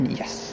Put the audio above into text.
yes